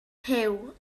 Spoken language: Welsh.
huw